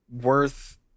worth